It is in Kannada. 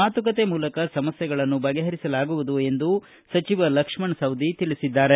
ಮಾತುಕತೆ ಮೂಲಕ ಸಮಸ್ಥೆಗಳನ್ನು ಬಗೆಹರಿಸಲಾಗುವುದು ಎಂದು ಸಾರಿಗೆ ಖಾತೆ ಸಚಿವ ಲಕ್ಷ್ಮಣ ಸವದಿ ತಿಳಿಸಿದ್ದಾರೆ